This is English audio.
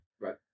Right